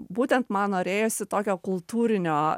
būtent man norėjosi tokio kultūrinio